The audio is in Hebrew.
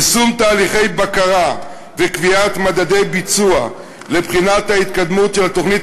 יישום תהליכי בקרה וקביעת מדדי ביצוע לבחינת התקדמות התוכנית